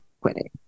quitting